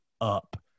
up